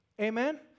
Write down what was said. Amen